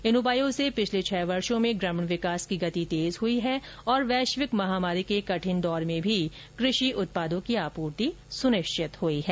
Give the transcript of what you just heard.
इन उपायों से पिछले छह वर्षों में ग्रामीण विकास की गति तेज हुई है और वैश्विक महामारी के कठिन दौर में भी कृषि उत्पादों की आपूर्ति सुनिश्चित हुई है